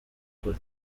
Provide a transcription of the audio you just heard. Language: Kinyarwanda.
kure